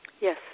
Yes